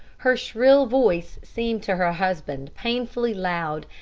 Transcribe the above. her shrill voice seemed to her husband painfully loud,